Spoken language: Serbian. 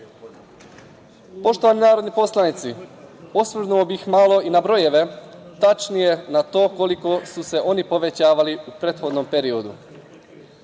narodni poslanici, osvrnuo bih se malo i na brojeve, tačnije na to koliko su se oni povećavali u prethodnom periodu.